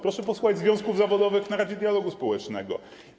Proszę posłuchać związków zawodowych w Radzie Dialogu Społecznego.